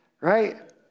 Right